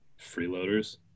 Freeloaders